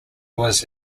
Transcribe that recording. was